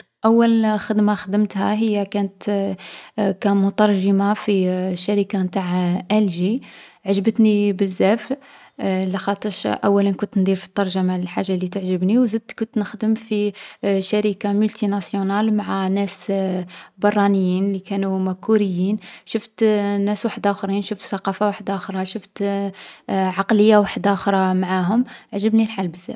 أول خدمة خدمتها هي كانت كمترجمة في شركة نتاع آلجي. عجبتني بزاف، لاخاطش أولا كنت ندير في الترجمة، الحاجة لي تعجبني و زدت كنت نخدم في شركة مولتي ناسيونال مع ناس برانيين و كانو هوما كوريين. شفت ناس وحداخرين، شفت ثقافة وحداخرا، شفت عقلية وحداخرا معاهم. عجبني الحال بزاف.